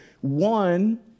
one